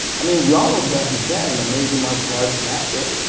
i mean we all know jackie chan, an amazing martial artist and actor,